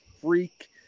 freak